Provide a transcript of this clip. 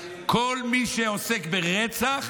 כל מי שעוסק ברצח,